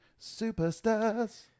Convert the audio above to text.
Superstars